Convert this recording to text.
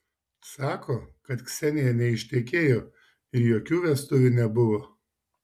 sako kad ksenija neištekėjo ir jokių vestuvių nebuvo